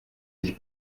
sich